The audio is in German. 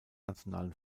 nationalen